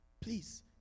Please